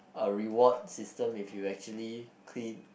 a reward system if you actually clean